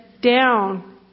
down